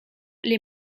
les